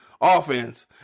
offense